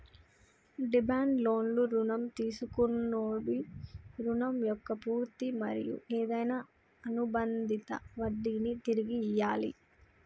demand లోన్లు రుణం తీసుకొన్నోడి రుణం మొక్క పూర్తి మరియు ఏదైనా అనుబందిత వడ్డినీ తిరిగి ఇయ్యాలి